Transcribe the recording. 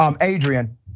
Adrian